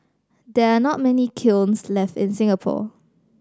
there are not many kilns left in Singapore